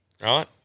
right